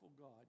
God